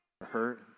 hurt